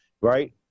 right